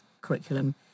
curriculum